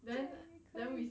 这也可以